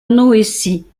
noétie